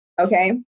Okay